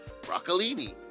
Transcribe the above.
broccolini